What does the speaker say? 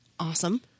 awesome